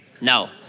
no